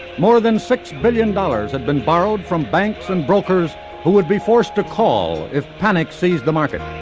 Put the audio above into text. more than six billion dollars had been borrowed from banks and brokers who would be forced to call if panic seized the market.